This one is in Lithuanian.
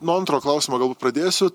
nuo antro klausimo galbūt pradėsiu